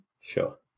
Sure